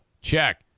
check